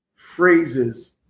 phrases